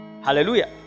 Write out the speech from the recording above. Hallelujah